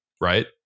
right